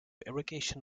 irrigation